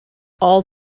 all